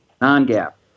Non-gap